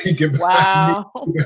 Wow